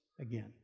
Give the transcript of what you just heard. again